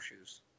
shoes